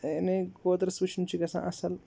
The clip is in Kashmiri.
یعنی کوترَس وٕچھُن چھِ گژھان اَصٕل